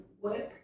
work